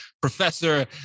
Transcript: professor